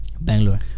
Bangalore